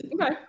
Okay